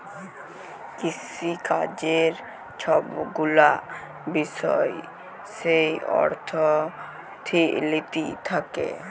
কিসিকাজের ছব গুলা বিষয় যেই অথ্থলিতি থ্যাকে